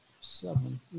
seven